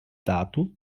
dato